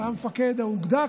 היה מפקד האוגדה,